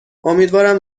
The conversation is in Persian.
امیدوارم